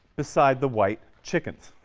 beside the white chickens,